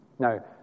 Now